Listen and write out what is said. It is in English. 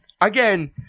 again